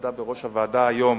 שעומדת היום